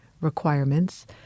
requirements